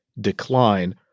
decline